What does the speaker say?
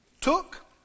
took